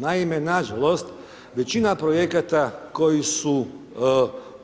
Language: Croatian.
Naime, nažalost, većina projekata koji su